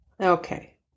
Okay